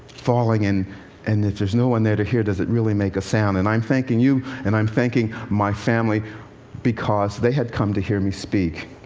falling and and if there's no one there to hear, does it really make a sound? and i'm thanking you, and i'm thanking my family because they had come to hear me speak.